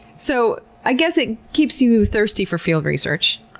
so i guess it keeps you thirsty for field research?